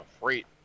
freight